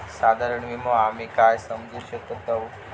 साधारण विमो आम्ही काय समजू शकतव?